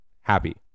happy